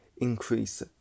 Increase